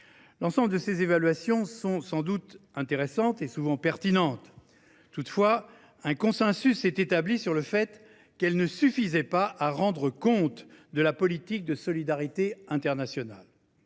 Sénat. Toutes ces évaluations sont sans doute intéressantes et pertinentes. Cependant, un consensus s’est établi sur le fait qu’elles ne suffisaient pas à rendre compte de notre politique de solidarité internationale.